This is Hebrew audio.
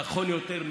נכון יותר,